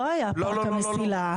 לא היה פארק המסילה,